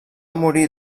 morir